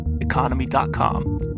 economy.com